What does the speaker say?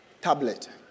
tablet